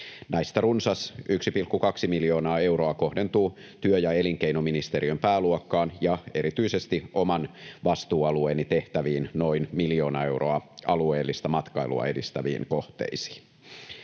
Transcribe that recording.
Näistä runsas 1,2 miljoonaa euroa kohdentuu työ- ja elinkeinoministeriön pääluokkaan ja erityisesti oman vastuualueeni tehtäviin noin miljoona euroa alueellista matkailua edistäviin kohteisiin.